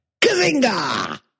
Kazinga